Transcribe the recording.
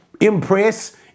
impress